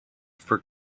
for